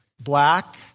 black